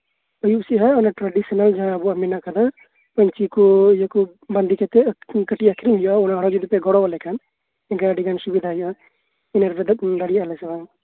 ᱟᱭᱩᱵ ᱥᱮᱜ ᱦᱟᱸᱜ ᱚᱱᱟ ᱴᱨᱮᱰᱤᱥᱚᱱᱟᱞ ᱡᱟᱦᱟᱸ ᱟᱵᱚᱣᱟᱜ ᱢᱮᱱᱟᱜ ᱠᱟᱫᱟ ᱯᱟᱧᱪᱤ ᱠᱚ ᱤᱭᱟᱹ ᱠᱚ ᱵᱟᱸᱫᱮ ᱠᱟᱛᱮᱜ ᱠᱟᱴᱤᱜ ᱟᱠᱷᱨᱤᱧ ᱦᱩᱭᱩᱜᱼᱟ ᱚᱱᱟ ᱟᱨᱚ ᱡᱩᱫᱤᱯᱮ ᱜᱚᱲᱚᱣᱟᱞᱮ ᱠᱷᱟᱱ ᱮᱱᱠᱷᱟᱱ ᱟᱰᱤᱜᱟᱱ ᱥᱩᱵᱤᱫᱷᱟ ᱦᱩᱭᱩᱜᱼᱟ ᱤᱱᱟᱹ ᱫᱚ ᱫᱟᱲᱮᱭᱟᱜ ᱟᱞᱮ ᱦᱮᱸ ᱥᱮ ᱵᱟᱝ